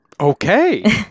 Okay